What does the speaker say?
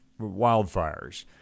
wildfires